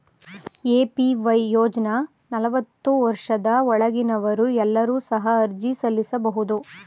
APY ಯೋಜ್ನ ನಲವತ್ತು ವರ್ಷದ ಒಳಗಿನವರು ಎಲ್ಲರೂ ಸಹ ಅರ್ಜಿ ಸಲ್ಲಿಸಬಹುದು